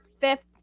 fifth